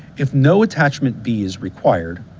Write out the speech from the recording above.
if no attachment b is required,